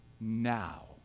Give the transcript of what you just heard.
now